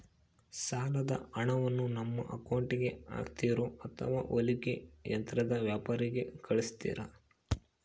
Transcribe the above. ಸಾಲದ ಹಣವನ್ನು ನಮ್ಮ ಅಕೌಂಟಿಗೆ ಹಾಕ್ತಿರೋ ಅಥವಾ ಹೊಲಿಗೆ ಯಂತ್ರದ ವ್ಯಾಪಾರಿಗೆ ಕಳಿಸ್ತಿರಾ?